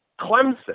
Clemson